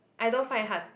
I don't find it hard